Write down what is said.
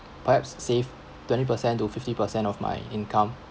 perhaps save twenty percent to fifty percent of my income